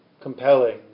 compelling